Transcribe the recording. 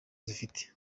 zifite